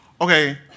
okay